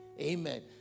Amen